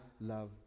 love